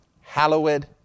Hallowed